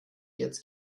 jetzt